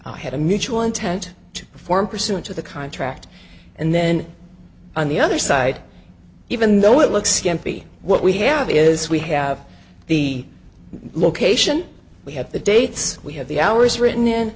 i had a mutual intent to form pursuant to the contract and then on the other side even though it looks skimpy what we have is we have the location we have the dates we have the hours written